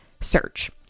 search